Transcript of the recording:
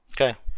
Okay